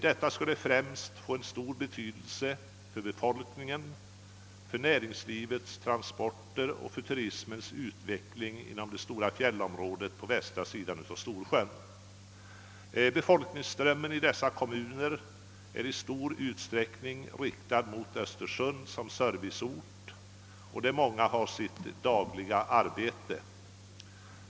Detta skulle främst få stor betydelse för befolkningen, för näringslivets transporter och för turismens utveckling inom det stora fjällområdet på västra sidan av Storsjön. Befolkningsströmmen i dessa kommuner är i stor utsträckning riktad mot Östersund som är serviceorten och där många har sitt dagliga arbete.